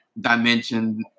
dimension